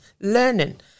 learning